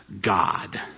God